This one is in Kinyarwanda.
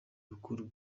bukuru